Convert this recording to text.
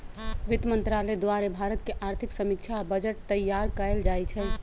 वित्त मंत्रालय द्वारे भारत के आर्थिक समीक्षा आ बजट तइयार कएल जाइ छइ